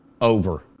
Over